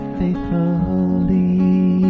faithfully